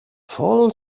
fallen